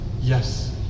yes